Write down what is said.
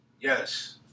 Yes